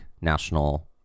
National